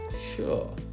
Sure